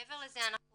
מעבר לזה, אנחנו